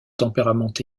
tempérament